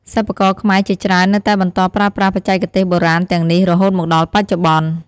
សិប្បករខ្មែរជាច្រើននៅតែបន្តប្រើប្រាស់បច្ចេកទេសបុរាណទាំងនេះរហូតមកដល់បច្ចុប្បន្ន។